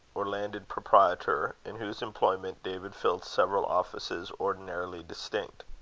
or landed proprietor, in whose employment david filled several offices ordinarily distinct.